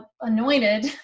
anointed